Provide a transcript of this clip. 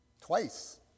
twice